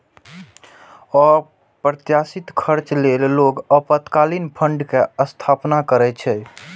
अप्रत्याशित खर्च लेल लोग आपातकालीन फंड के स्थापना करै छै